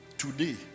Today